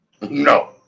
No